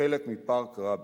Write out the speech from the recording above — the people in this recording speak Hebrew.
כחלק מפארק רבין.